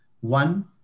One